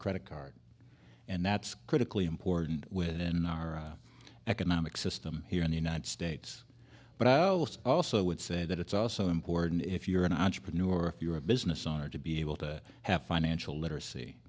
credit card and that's critically important within our economic system here in the united states but i was also would say that it's also important if you're an entrepreneur if you're a business owner to be able to have financial literacy